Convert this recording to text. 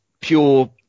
pure